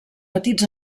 petits